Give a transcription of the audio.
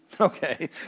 Okay